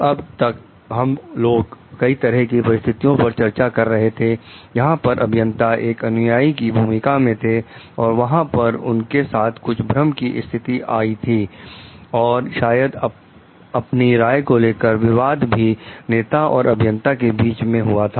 अब तक हम लोग कई तरह की परिस्थितियों पर चर्चा कर रहे थे जहां पर अभियंता एक अनुयाई की भूमिका में थे और वहां पर उनके साथ कुछ भ्रम की स्थिति आ थी और शायद अपनी राय को लेकर विवाद भी नेता और अभियंता के बीच में था